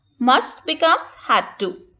must becomes had to.